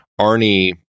Arnie